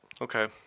Okay